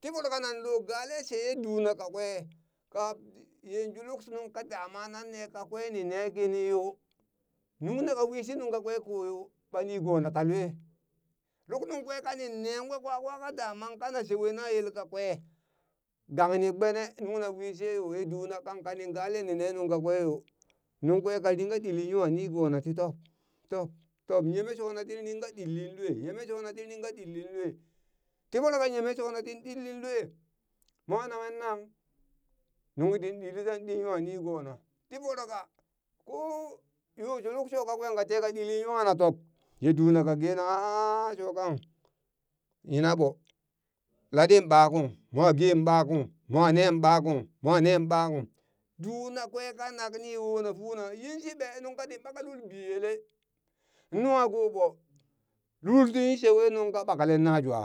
Ti voro kanan lo gale sheye duna kakwe kaa yanzu luk nungka dama nan ne kakwe nine kini yo, nungna ka wishi nung kakwe koyo ɓa nigona ka ve luk nungkwe kanin neen wee kwe kwa ka damang kana shewe na yel kakwe gangni gbene nungna wisheyo ye duuna kang ni gale nine nung kakwe yo, nungkwe ka ringa ɗili nwa nigona ti top top top, yeme shona tin ringa ɗinlin lue yeme shona tin ringa ɗinlin lue ti voro ka yeme shona tin ɗinlin lue mwa nanghe nang nunghi tin ɗili ten ɗi nwa nigona ti voroka ko yo luk sho kakwe ka teka ɗili nwana top ye duuna ka gena a- aaa sho kang yinaɓo latɗi ɓakung mwa geng ɓakung mo nen ɓakung mo nen ɓakung duna kwe kanak ni wona funa yinshi ɓe nungka tin ɓaka lul biyele nwakoɓo, lul tin shewe nungka ɓakle na jwa